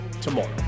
tomorrow